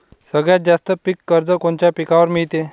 सगळ्यात जास्त पीक कर्ज कोनच्या पिकावर मिळते?